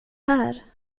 här